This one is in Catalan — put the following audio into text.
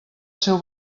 seu